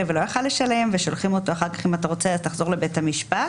ולא היה יכול לשלם ושולחים אותו אחר כך לחזור לבית המשפט